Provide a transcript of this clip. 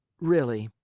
really,